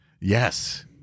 Yes